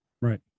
Right